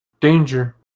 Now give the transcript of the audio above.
Danger